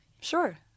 sure